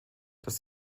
das